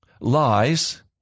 lies